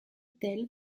telle